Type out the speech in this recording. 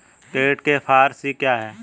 Credit के four C क्या हैं?